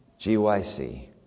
GYC